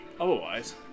otherwise